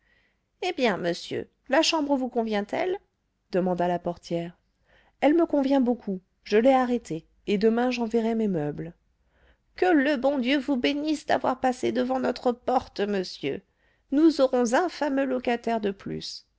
eh bien monsieur la chambre vous convient elle demanda la portière elle me convient beaucoup je l'ai arrêtée et demain j'enverrai mes meubles que le bon dieu vous bénisse d'avoir passé devant notre porte monsieur nous aurons un fameux locataire de plus